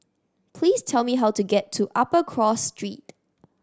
please tell me how to get to Upper Cross Street